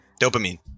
Dopamine